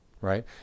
right